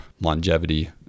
longevity